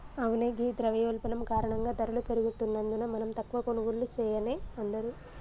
అవునే ఘీ ద్రవయోల్బణం కారణంగా ధరలు పెరుగుతున్నందున మనం తక్కువ కొనుగోళ్లు సెయాన్నే అందరూ